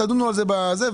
תדונו על זה בזה,